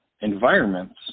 environments